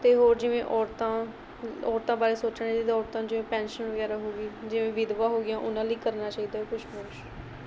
ਅਤੇ ਹੋਰ ਜਿਵੇਂ ਔਰਤਾਂ ਔਰਤਾਂ ਬਾਰੇ ਸੋਚਣਾ ਚਾਹੀਦਾ ਔਰਤਾਂ ਜਿਵੇਂ ਪੈਨਸ਼ਨ ਵਗੈਰਾ ਹੋ ਗਈ ਜਿਵੇਂ ਵਿਧਵਾ ਹੋ ਗਈਆਂ ਉਹਨਾਂ ਲਈ ਕਰਨਾ ਚਾਹੀਦਾ ਕੁਛ ਹੋਰ